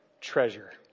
treasure